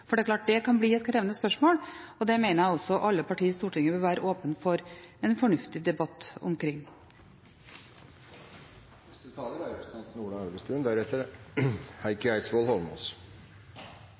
for det er klart at det kan bli et krevende spørsmål. Det mener jeg også alle partier i Stortinget vil være åpne for en fornuftig debatt omkring.